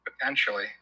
Potentially